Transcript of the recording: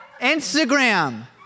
Instagram